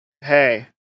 hey